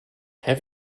have